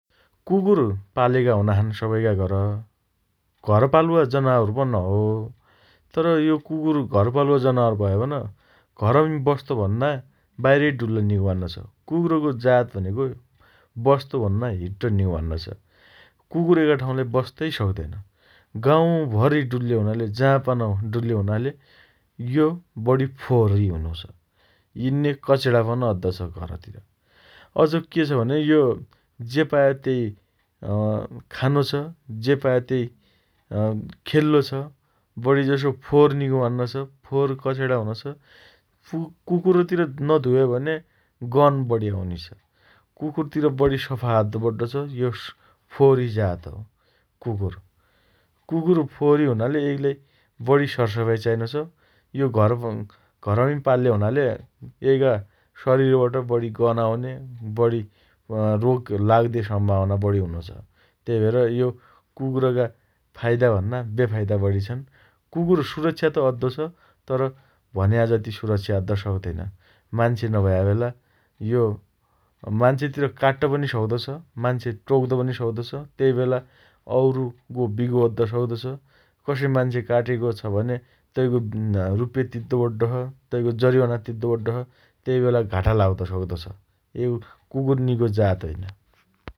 कुकुर पालेका हुना छन् सबैका घर । घर पालुवा जनावरपन हो । तर, यो कुकुर घरपालुवा जनावर भयपन घरमी बस्तो भन्ना बाहिरै डुल्ल निको मान्नो छ । कुकुरको जात भनेको बस्तो भन्ना हिड्ड निको मान्नो छ । कुकुर एका ठाउँलाई बस्तै सक्तैन । गाउँभरी डुल्ले हुनाले जाँ पन डुल्ले हुनाले यो बढी फोहोरी हुनोछ । यिन्ने कचेणा पन अद्दो छ घरतिर । अझ के छ भने यो जे पायो त्यही अँ खानो छ । जे पायो त्यही अँ खेल्लो छ । बढी जसो फोहोर निको मान्नो छ । फोहोर कचेणा हुनोछ । फू कुकुरतिर नधोए भने गन बढी आउनि छ । कुकरतिर बढी सफा अद्दो पड्ड छ । यो फोहोरी जात हो कुकुर । कुकुर फोहोरी हुनाले एइगिलाई बढी सरसफाइ चाहिनो छ । यो घर उँ घरमी पाल्ले हुनाले एइगा शरिरबाट बढी गन आउने, बढी रोग अँ लाग्दे सम्भावना बढी हुनो छ । त्यहि भएर यो कुकुरका फाइदा भन्ना बेफाइदा बढी छन् । कुकुर सुरक्षा त अद्दो छ । तर, भन्या जति सुरक्षा अद्द सक्तैन । मान्छे नभया बेला यो मान्छेतिर काट्ट पनि सक्तो छ । मान्छे टोक्द पनि सक्तो छ । त्यहिबेला औरुको बिगो अद्द सक्तो छ । कसै मान्छे काटेको छ भने तैको अँ रुप्पे तिद्दो पड्डो छ । तैको जरिवाना तिद्दो पड्डो छ । त्यहिबेला घाटा लाग्द सक्तो छ । यो कुकुर निको जात होइन ।